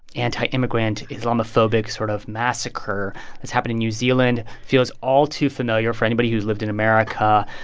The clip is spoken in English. anti-immigrant, islamophobic sort of massacre that's happened in new zealand feels all too familiar for anybody who's lived in america.